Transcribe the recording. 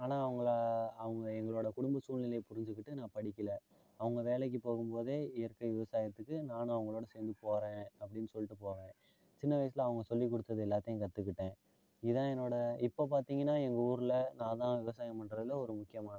ஆனால் அவங்கள அவங்க எங்களோட குடும்ப சூழ்நிலைய புரிஞ்சிக்கிட்டு நான் படிக்கலை அவங்க வேலைக்கு போகும்போதே இயற்கை விவசாயத்துக்கு நானும் அவங்களோட சேர்ந்து போகிறேன் அப்படின்னு சொல்லிட்டு போவேன் சின்ன வயசில் அவங்க சொல்லி கொடுத்தது எல்லாத்தையும் கற்றுக்கிட்டேன் இதுதான் என்னோடய இப்போ பார்த்திங்கன்னா எங்கள் ஊர்ல நான் தான் விவசாயம் பண்ணுறதுல ஒரு முக்கியமான